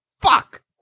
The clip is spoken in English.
Fuck